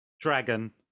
dragon